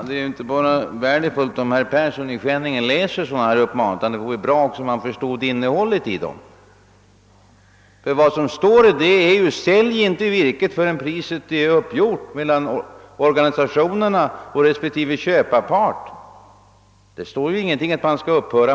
Herr talman! Det vore värdefullt om herr Persson i Skänninge inte bara läste sådana uppmaningar utan också försökte förstå innehållet i dem. Där står nämligen »sälj inte virket innan priset är uppgjort mellan organisationerna och respektive köparpart».